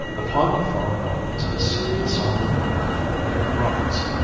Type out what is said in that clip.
upon the far mountains is seen the sombre brown in the bare rocks.